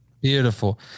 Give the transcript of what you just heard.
Beautiful